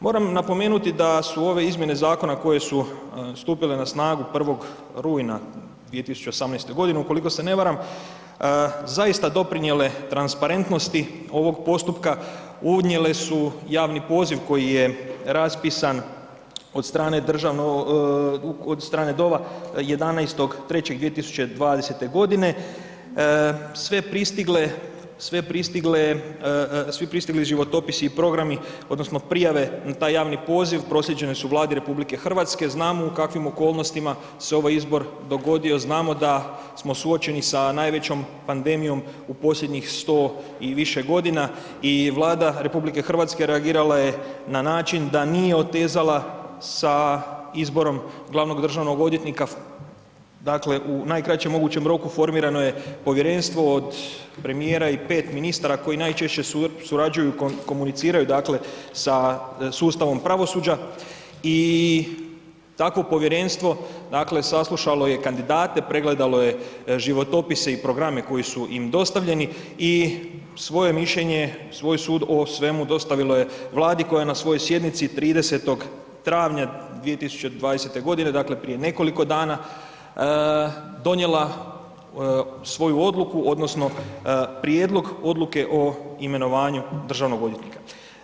Moram napomenuti da su ove izmjene zakona koje su stupile na snagu 1. rujna 2018. g. ukoliko se ne varam, zaista doprinijele transparentnosti ovog postupka, unijele su javni poziv koji je raspisan od strane DORH-a 11. 3. 2020. g., svi pristigli životopisi i programi odnosno prijave na taj javni poziv, proslijeđene su Vladi RH, znamo u kakvim okolnostima se ovaj izbor dogodio, znamo da smo suočeni sa najvećom pandemijom u posljednjih 100 i više godina i Vlada RH reagirala je na način da nije otezala sa izborom glavnog državnog odvjetnika, dakle u najkraćem mogućem roku formirano je povjerenstvo od premijera i 5 ministara koji najčešće surađuju, komuniciraju dakle sa sustavom pravosuđa i tako povjerenstvo dakle saslušalo je kandidate, pregledalo je životopise i programe koji su im dostavljeni i svoje mišljenje, svoj sud o svemu, dostavilo je Vladi koje je na svojoj sjednici 30. travnja 2020. g., dakle prije nekoliko dana, donijela svoju odluku odnosno prijedlog odluke o imenovanju državnog odvjetnika.